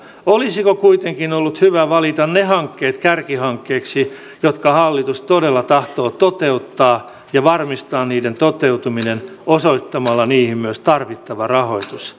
olisiko kuitenkin ollut hyvä valita ne hankkeet kärkihankkeiksi jotka hallitus todella tahtoo toteuttaa ja varmistaa niiden toteutuminen osoittamalla niihin myös tarvittava rahoitus